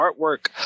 artwork